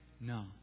No